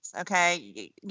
Okay